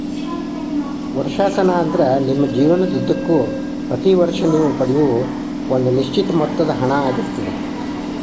ವರ್ಷಾಶನ ಅಂದ್ರ ನಿಮ್ಮ ಜೇವನದುದ್ದಕ್ಕೂ ಪ್ರತಿ ವರ್ಷ ನೇವು ಪಡೆಯೂ ಒಂದ ನಿಶ್ಚಿತ ಮೊತ್ತದ ಹಣ ಆಗಿರ್ತದ